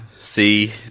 See